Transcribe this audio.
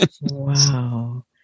Wow